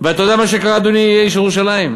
ואתה יודע מה קרה, אדוני איש ירושלים,